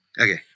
Okay